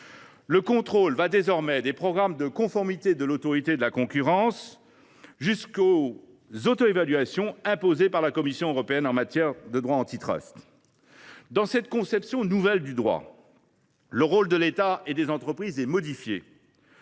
Le contrôle s’étend désormais des programmes de conformité préconisés par l’Autorité de la concurrence jusqu’aux autoévaluations imposées par la Commission européenne en matière de respect du droit antitrust. Dans cette conception nouvelle du droit, les rôles de l’État et des entreprises sont modifiés